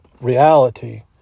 reality